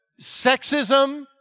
sexism